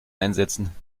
einsetzen